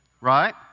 Right